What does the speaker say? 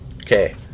Okay